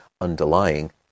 underlying